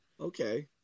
Okay